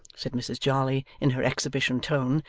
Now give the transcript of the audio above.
said mrs jarley in her exhibition tone,